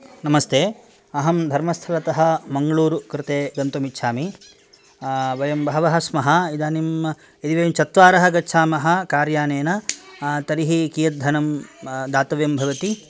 नमस्ते अहं धर्मस्थलतः मंगलूरु कृते गन्तुम् इच्छामि वयं बहवः स्मः इदानीं यदि वयं चत्वारः गच्छामः कार् यानेन तर्हि कीयद् धनं दातव्यं भवति